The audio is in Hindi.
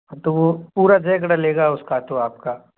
हाँ तो वो पूरा जेक डलेगा उसका तो आपका